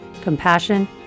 compassion